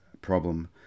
problem